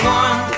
one